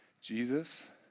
Jesus